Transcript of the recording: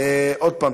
עוד פעם,